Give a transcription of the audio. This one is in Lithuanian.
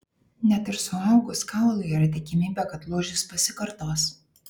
net ir suaugus kaului yra tikimybė kad lūžis pasikartos